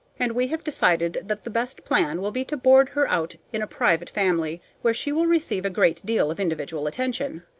and we have decided that the best plan will be to board her out in a private family, where she will receive a great deal of individual attention.